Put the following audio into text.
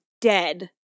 dead